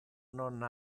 non